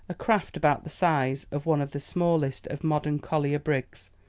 a craft about the size of one of the smallest of modern collier brigs,